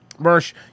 Mersh